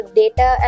data